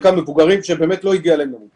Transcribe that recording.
וחלקם מבוגרים שבאמת לא הגיע להם למות.